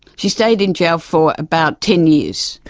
she stayed in jail for about ten years.